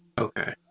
Okay